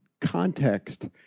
context